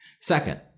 Second